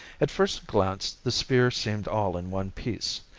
at first glance the sphere seemed all in one piece,